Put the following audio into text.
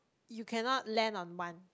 you cannot land on one